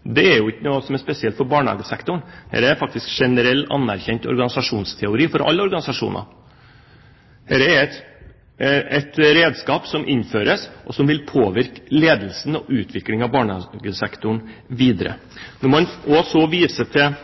Det er ikke noe som er spesielt for barnehagesektoren. Dette er en generell, anerkjent organisasjonsteori for alle organisasjoner. Dette er et redskap som innføres, og som vil påvirke ledelsen og utviklingen av barnehagesektoren videre. Når man også viser til